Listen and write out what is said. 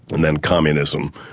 and then communism,